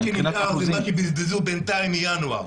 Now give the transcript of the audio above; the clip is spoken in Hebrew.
מה שנשאר זה מה שבזבזו בינתיים מינואר.